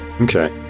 Okay